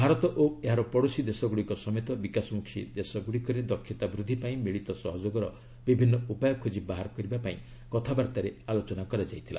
ଭାରତ ଓ ଏହାର ପଡ଼ୋଶୀ ଦେଶଗୁଡ଼ିକ ସମେତ ବିକାଶମୁଖୀ ଦେଶଗୁଡ଼ିକରେ ଦକ୍ଷତାବୃଦ୍ଧି ପାଇଁ ମିଳିତ ସହଯୋଗର ବିଭିନ୍ନ ଉପାୟ ଖୋକି ବାହାର କରିବା ପାଇଁ କଥାବାର୍ତ୍ତାରେ ଆଲୋଚନା ହୋଇଥିଲା